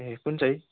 ए कुन चाहिँ